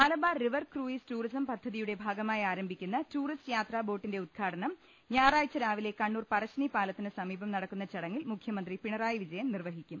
Malabar river cruise tourism പദ്ധതിയുടെ ഭാഗമായി ആരംഭിക്കുന്ന ടൂറിസ്റ്റ് യാത്രാ ബോട്ടിന്റെ ഉദ്ഘാടനം ഞായറാഴ്ച രാവിലെ കണ്ണൂർ പറശ്ശിനി പാലത്തിന് സമീപം നടക്കുന്ന ചടങ്ങിൽ മുഖ്യമന്ത്രി പിണറായി വിജയൻ നിർവഹിക്കും